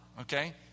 Okay